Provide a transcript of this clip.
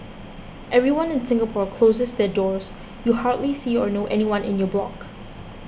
everyone in Singapore closes their doors you hardly see or know anyone in your block